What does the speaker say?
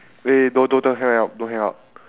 eh wait don't don't don't hang up don't hang up